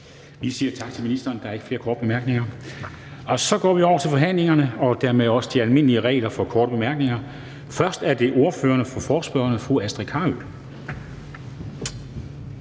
Vi siger tak til ministeren. Der er ikke flere korte bemærkninger. Så går vi over til forhandlingen og dermed også de almindelige regler for korte bemærkninger. Først er det ordføreren for forespørgerne, fru Astrid Carøe.